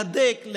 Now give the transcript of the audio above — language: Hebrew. להדק,